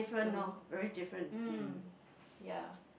to mm ya